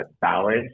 balance